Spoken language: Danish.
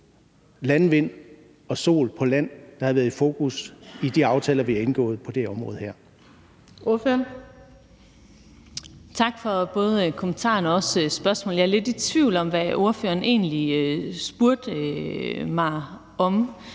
landvind og sol på land, der har været i fokus i de aftaler, vi har indgået på det her